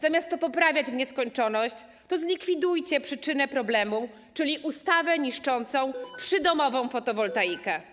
Zamiast to poprawiać w nieskończoność, zlikwidujcie przyczynę problemu, czyli ustawę niszczącą przydomową fotowoltaikę.